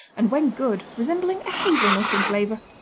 and, when good, resembling a hazelnut in flavour.